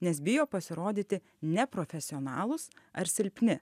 nes bijo pasirodyti neprofesionalūs ar silpni